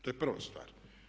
To je prva stvar.